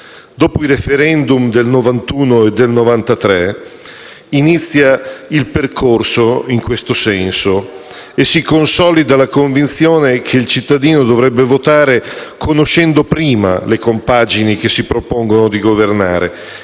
Dopo i *referendum* del 1991 e del 1993 inizia il percorso in questo senso e si consolida la convinzione che il cittadino dovrebbe votare conoscendo prima le compagini che si propongono di governare,